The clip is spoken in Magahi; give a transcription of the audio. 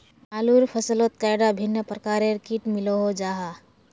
आलूर फसलोत कैडा भिन्न प्रकारेर किट मिलोहो जाहा?